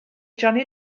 johnny